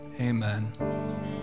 Amen